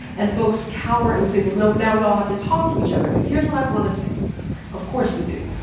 and folks cower and say, well, no, now we all have to talk to each other, because here's what i want to say of course we do.